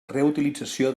reutilització